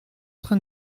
train